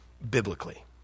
biblically